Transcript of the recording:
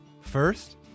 First